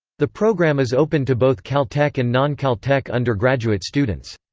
the program is open to both caltech and non-caltech undergraduate students.